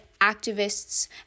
activists